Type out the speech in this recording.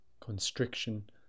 constriction